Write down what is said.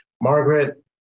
Margaret